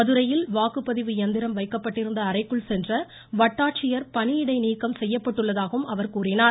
மதுரையில் வாக்குப்பதிவு இயந்திரம் வைக்கப்பட்டிருந்த இதனிடையே அறைக்குள் சென்ற வட்டாட்சியர் பணியிடை நீக்கம் செய்யப்பட்டுள்ளதாகவும் அவர் கூறினார்